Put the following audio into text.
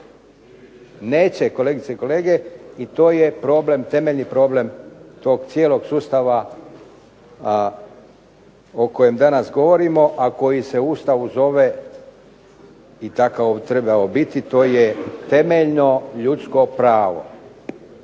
Neće kolegice i kolege i to je temeljni problem tog cijelog sustava o kojem danas govorimo a koji se u Ustavu zove i tako bi trebalo biti, to je temeljno ljudsko pravo.